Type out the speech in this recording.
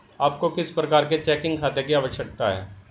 आपको किस प्रकार के चेकिंग खाते की आवश्यकता है?